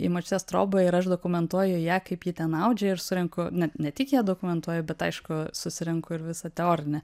į močiutės trobą ir aš dokumentuoju ją kaip ji ten audžia ir surenku ne ne tik ją dokumentuoju bet aišku susirenku ir visą teorinę